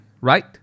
right